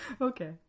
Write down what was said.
Okay